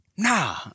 Nah